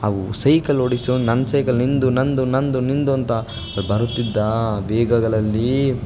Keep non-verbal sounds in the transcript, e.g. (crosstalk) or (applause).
ಅವು ಸೈಕಲ್ ಓಡಿಸುವನು ನನ್ನ ಸೈಕಲ್ ನಿಂದು ನಂದು ನಂದು ನಿಂದು ಅಂತ (unintelligible) ಬರುತ್ತಿದ್ದಾ ವೇಗಗಳಲ್ಲಿ